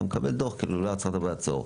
אתה מקבל דוח כאילו לא עצרת בעצור.